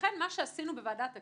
לכן מה שעשינו בוועדת הכנסת,